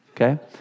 Okay